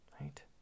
Right